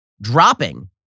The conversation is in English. dropping